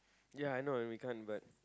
ya I know and we can't but